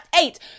eight